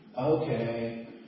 Okay